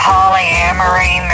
Polyamory